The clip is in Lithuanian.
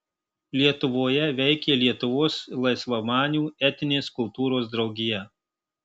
lietuvoje veikė lietuvos laisvamanių etinės kultūros draugija